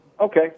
Okay